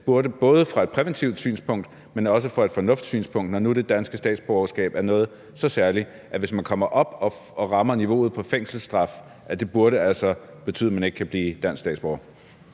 – både ud fra et præventivt synspunkt, men og også ud fra et fornuftssynspunkt – når nu det danske statsborgerskab er noget så særligt, at hvis man kommer op og rammer niveauet for fængselsstraf, så burde det altså betyde, at man ikke kan blive dansk statsborger?